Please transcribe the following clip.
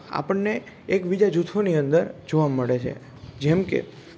આપણને એક બીજા જૂથોની અંદર જોવાં મળે છે જેમકે